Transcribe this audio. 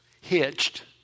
hitched